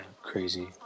crazy